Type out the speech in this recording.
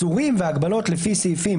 כשנגיע לסעיף